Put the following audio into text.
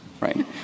Right